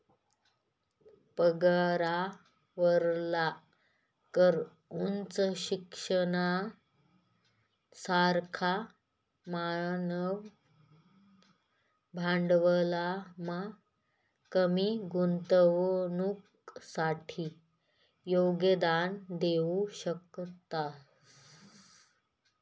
पगारावरला कर उच्च शिक्षणना सारखा मानवी भांडवलमा कमी गुंतवणुकसाठे योगदान देऊ शकतस